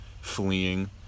fleeing